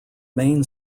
main